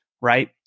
Right